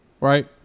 right